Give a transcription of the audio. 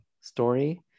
story